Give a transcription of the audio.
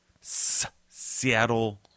Seattle